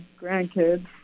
grandkids